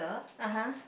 ah !huh!